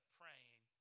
praying